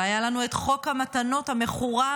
והיה לנו את חוק המתנות המחורר,